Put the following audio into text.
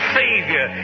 savior